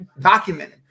documented